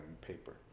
paper